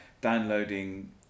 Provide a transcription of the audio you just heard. downloading